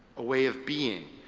a way of being.